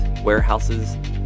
warehouses